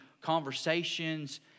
conversations